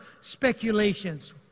speculations